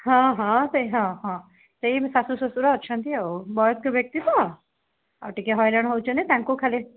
ହଁ ହଁ ସେ ହଁ ହଁ ସେଇ ଶାଶୂ ଶ୍ୱଶୁର ଅଛନ୍ତି ଆଉ ବୟସ୍କ ବ୍ୟକ୍ତି ତ ଆଉ ଟିକେ ହଇରାଣ ହେଉଛନ୍ତି ତାଙ୍କୁ ଖାଲି